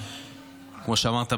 כמו שאמרת,